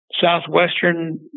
southwestern